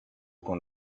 con